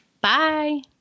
Bye